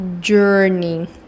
journey